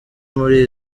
muri